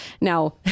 Now